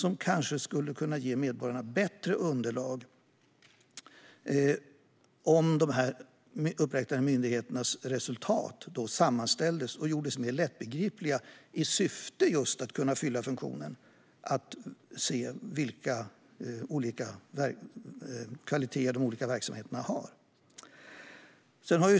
Om dessa uppräknade myndigheters resultat sammanställdes och gjordes mer lättbegripliga kanske det skulle kunna ge medborgarna bättre underlag. Syftet skulle vara att fylla just denna funktion: att se vilka olika kvaliteter de olika verksamheterna har.